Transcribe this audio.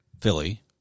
Philly